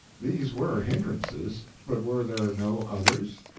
these were hindrances, but were there no others?